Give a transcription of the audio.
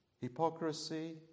hypocrisy